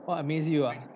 what amaze you [ah[